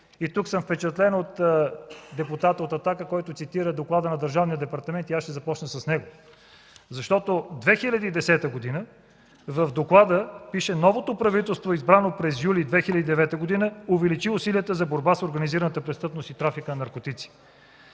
Тук съм впечатлен от депутата от „Атака”, който цитира доклада на Държавния департамент и аз ще започна с него. През 2010 г. в доклада пише: „Новото правителство, избрано през месец юли 2009 г., увеличи усилията за борба с организираната престъпност и трафика на наркотици.